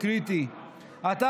שהוא קריטי.